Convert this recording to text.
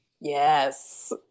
Yes